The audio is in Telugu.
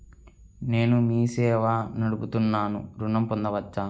నేను మీ సేవా నడుపుతున్నాను ఋణం పొందవచ్చా?